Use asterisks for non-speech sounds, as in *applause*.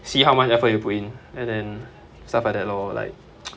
see how much effort you put in and then stuff like that lor like *noise*